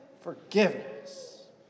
forgiveness